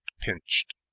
pinched